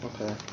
Okay